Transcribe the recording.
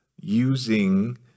using